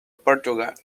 portugal